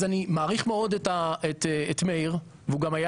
אז אני מעריך מאוד את מאיר והוא גם היה